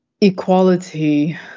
equality